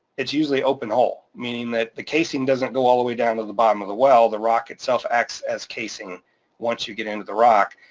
it's usually open hole, meaning that the casing doesn't go all the way down to the bottom of the well, the rock itself acts as casing once you get into the rock.